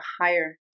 higher